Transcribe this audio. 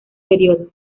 periodo